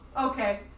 okay